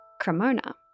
Cremona